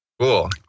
Cool